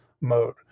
mode